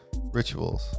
rituals